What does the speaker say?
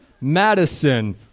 Madison